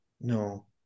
No